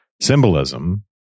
symbolism